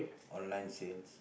online sales